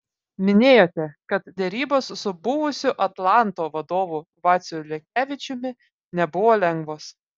minėjote kad derybos su buvusiu atlanto vadovu vaciu lekevičiumi nebuvo lengvos